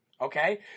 okay